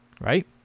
right